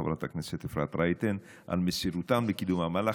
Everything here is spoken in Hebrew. חברת הכנסת אפרת רייטן על מסירותם לקידום המהלך.